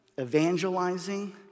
evangelizing